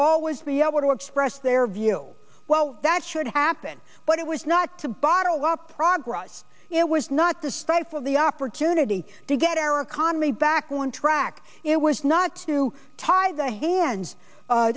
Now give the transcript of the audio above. always be able to express their view well that should happen but it was not to bottle up progress it was not the strength of the opportunity to get our economy back on track it was not to tie the hands